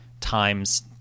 times